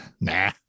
nah